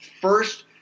first